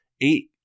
eight